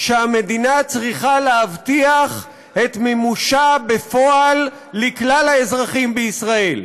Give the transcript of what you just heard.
שהמדינה צריכה להבטיח את מימושה בפועל לכלל האזרחים בישראל.